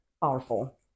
powerful